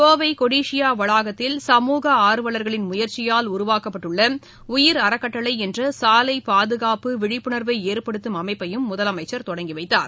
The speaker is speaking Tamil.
கோவை கொடிஷியா வளாகத்தில் சமூக ஆர்வலர்களின் முயற்சியால் உருவாக்கப்பட்டுள்ள உயிர் அறக்கட்டளை என்ற சாலை பாதுகாப்பு விழிப்புணர்வை ஏற்படுத்தம் அமைப்பையும் முதலமைச்சர் தொடங்கிவைத்தார்